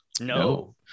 No